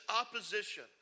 opposition